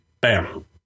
bam